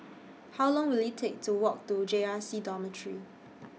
How Long Will IT Take to Walk to J R C Dormitory